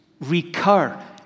recur